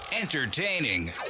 Entertaining